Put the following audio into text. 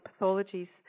pathologies